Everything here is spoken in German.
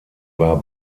war